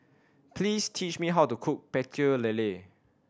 please teach me how to cook Pecel Lele